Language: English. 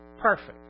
Perfect